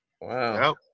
Wow